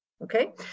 Okay